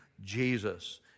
Jesus